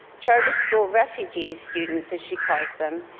charter school refugees students, as she calls them,